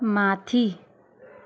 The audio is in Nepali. माथि